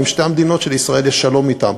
הן שתי המדינות שלישראל יש שלום אתן,